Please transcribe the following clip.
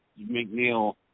McNeil